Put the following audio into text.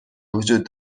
وجود